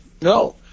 no